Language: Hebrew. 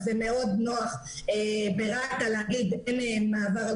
לכן זה מאוד נוח לומר שאין להם מעבר על